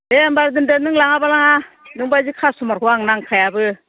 दे होनबा दोनदो नों लाङाबा लाङा नों बायदि खासथ'मारखौ आंनो नांखायाबो